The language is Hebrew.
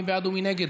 מי בעד ומי נגד?